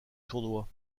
tournoi